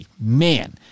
man